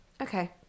okay